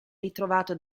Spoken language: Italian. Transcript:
ritrovato